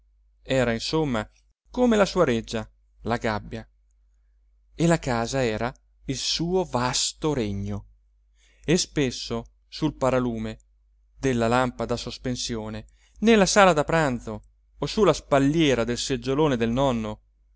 era insomma come la sua reggia la gabbia e la casa era il suo vasto regno e spesso sul paralume della lampada a sospensione nella sala da pranzo o sulla spalliera del seggiolone del nonno